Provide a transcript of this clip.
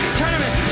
tournament